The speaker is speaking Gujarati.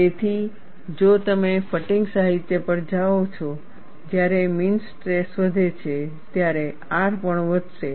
તેથી જો તમે ફટીગ સાહિત્ય પર જાઓ છો જ્યારે મીન સ્ટ્રેસ વધે છે ત્યારે R પણ વધશે